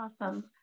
Awesome